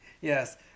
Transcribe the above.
Yes